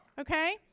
Okay